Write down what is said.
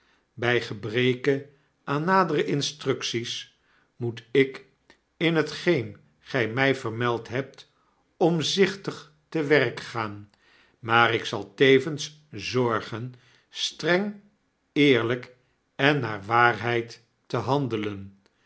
by gebreke van nadere instructies moet ik in hetgeen gij my gemeld hebt omzichtig te werk gaan maar ik zal tevens zorgen streng eerlyk en naar waarheid tehandelen